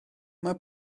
mae